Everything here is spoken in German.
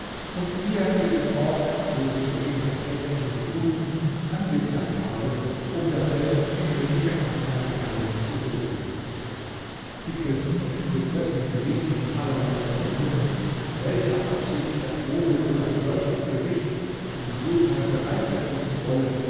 und wie er ihr den ort wo sie soeben das kästchen gefunden angezeigt habe um daselbst die nötige anzahl perlen zu holen die prinzen und die prinzessin gerieten auf allerlei vermutungen in welcher absicht der vogel wohl ein solches gericht für den sultan bereitet wissen wolle